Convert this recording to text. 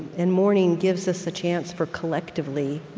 and mourning gives us a chance for collectively,